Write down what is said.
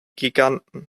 giganten